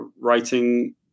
writing